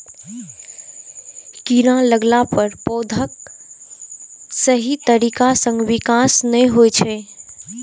कीड़ा लगला पर पौधाक सही तरीका सं विकास नै होइ छै